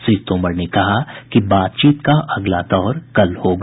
श्री तोमर ने कहा कि बातचीत का अगला दौर कल होगा